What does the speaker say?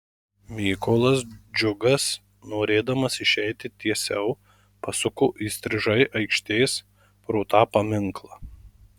mykolas džiugas norėdamas išeiti tiesiau pasuko įstrižai aikštės pro tą paminklą